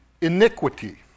iniquity